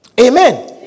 Amen